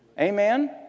Amen